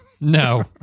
no